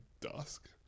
dusk